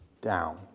down